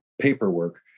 paperwork